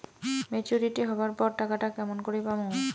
Maturity হবার পর টাকাটা কেমন করি পামু?